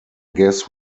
guess